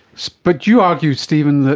so but you argue, stephen,